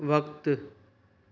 वक़्तु